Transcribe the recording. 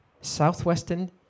southwestern